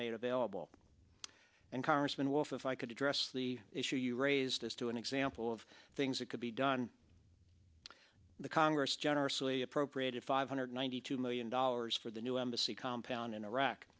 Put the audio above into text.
made available and congressman wolf if i could address the issue you raised as to an example of things that could be done the congress generously appropriated five hundred ninety two million dollars for the new embassy compound in iraq